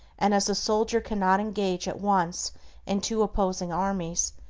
and as a soldier cannot engage at once in two opposing armies,